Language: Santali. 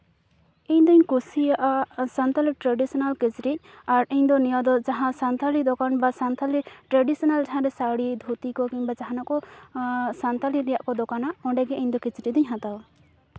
ᱤᱧᱫᱩᱧ ᱠᱩᱥᱤᱭᱟᱜᱼᱟ ᱥᱟᱱᱛᱟᱞᱤ ᱴᱨᱟᱰᱤᱥᱚᱱᱟᱞ ᱠᱤᱪᱨᱤᱪ ᱟᱨ ᱤᱧᱫᱚ ᱱᱤᱭᱟᱹᱫᱚ ᱡᱟᱦᱟᱸ ᱥᱟᱱᱛᱟᱲᱤ ᱫᱚᱠᱟᱱ ᱵᱟ ᱥᱟᱱᱛᱟᱲᱤ ᱴᱨᱟᱰᱤᱥᱚᱱᱟᱞ ᱥᱟᱹᱲᱤ ᱫᱷᱩᱛᱤ ᱠᱚ ᱠᱤᱢᱵᱟ ᱡᱟᱦᱟᱱᱟᱜ ᱠᱚ ᱥᱟᱱᱛᱟᱲᱤ ᱨᱮᱭᱟᱜ ᱠᱚ ᱫᱚᱠᱟᱱᱟ ᱚᱸᱰᱮᱜᱮ ᱤᱧᱫᱚ ᱠᱤᱪᱨᱤᱡ ᱫᱚᱧ ᱦᱟᱛᱟᱣᱟ